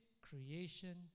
creation